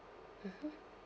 mmhmm